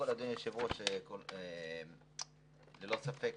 אדוני היושב ראש, הדיון הזה הוא חשוב ללא ספק